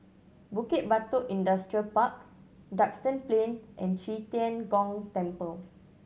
Bukit Batok Industrial Park Duxton Plain and Qi Tian Gong Temple